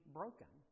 broken